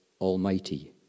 almighty